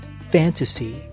Fantasy